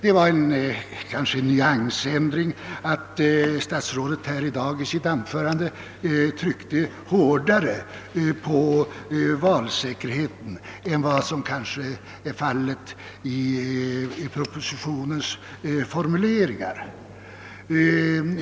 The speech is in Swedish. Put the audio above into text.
Kanske fanns det en ändrad nyans i statsrådets anförande i dag, när han tryckte hårdare på valsäkerheten än vad som gjorts 1 propositionens formuleringar.